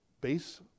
Base